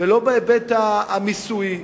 ולא בהיבט המיסויי,